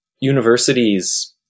universities